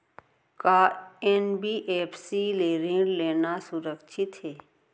का एन.बी.एफ.सी ले ऋण लेना सुरक्षित हे?